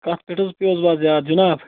کَتھ پٮ۪ٹھ حظ پیٚوس بہٕ آز یاد جناب